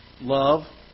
love